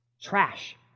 Trash